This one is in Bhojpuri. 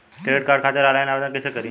क्रेडिट कार्ड खातिर आनलाइन आवेदन कइसे करि?